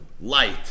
light